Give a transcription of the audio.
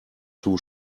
two